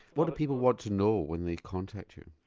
what do people want to know when they contact you?